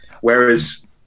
whereas